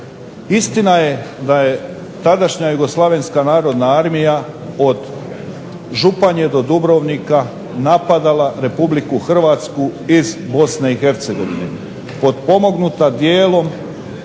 Istina je da je tadašnja Jugoslavenska narodna armija od Županje do Dubrovnika napadala Republiku Hrvatsku iz Bosne i Hercegovine potpomognuta dijelom